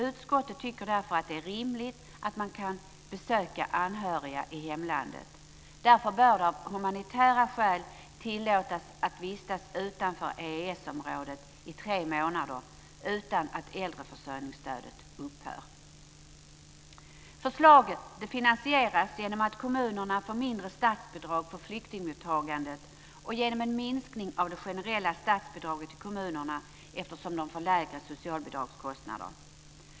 Utskottet tycker därför att det är rimligt att man kan besöka anhöriga i hemlandet. Därför bör det av humanitära skäl tillåtas att vistas utanför EES-området i tre månader utan att äldreförsörjningsstödet upphör. Förslaget finansieras genom att kommunerna får mindre statsbidrag för flyktingmottagandet och genom en minskning av det generella statsbidraget till kommunerna eftersom de får lägre socialbidragskostnader.